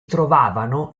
trovavano